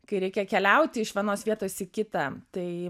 kai reikia keliauti iš vienos vietos į kitą tai